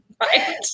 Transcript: Right